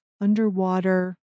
underwater